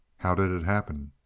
how did it happen?